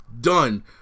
done